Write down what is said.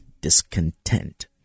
discontent